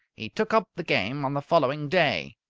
he took up the game on the following day.